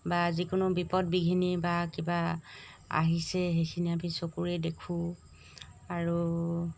বা যিকোনো বিপদ বিঘিনি বা কিবা আহিছে সেইখিনি আমি চকুৰেই দেখোঁ আৰু